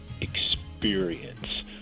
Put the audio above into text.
experience